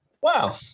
Wow